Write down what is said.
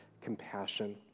compassion